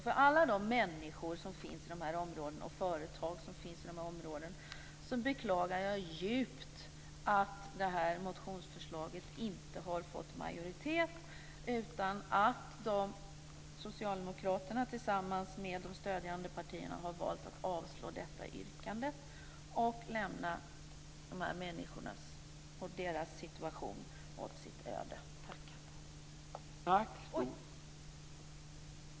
Inför alla de människor och företag som finns i dessa områden beklagar jag djupt att detta motionsförslag inte har fått majoritet utan att socialdemokraterna tillsammans med de stödjande partierna har valt att avslå detta yrkande och lämna dessa människor åt sitt öde.